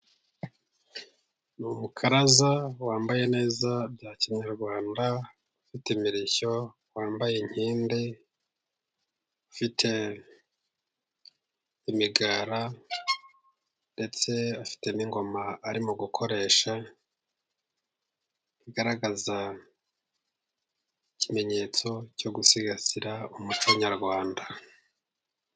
Ni umukaraza wambaye neza bya kinyarwanda, ufite imirishyo, wambaye inkindi ifite imigara, ndetse afite n'ingoma arimo gukoresha igaragaza ikimenyetso cyo gusigasira umuco nyarwanda.